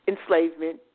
enslavement